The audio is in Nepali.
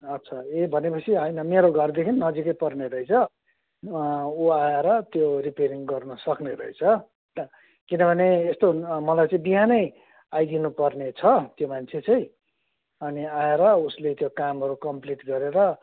अच्छा ए भनेपछि होइन मेरो घरदेखि नजिकै पर्ने रहेछ उ आएर त्यो रिपेरिङ गर्नु सक्ने रहेछ किनभने यस्तो मलाई चाहिँ बिहानै आइदिनु पर्ने छ त्यो मान्छे चाहिँ अनि आएर उसले त्यो कामहरू कम्प्लिट गरेर